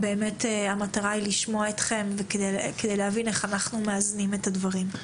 המטרה היא לשמוע אתכם כדי להבין איך אנחנו מאזנים את הדברים.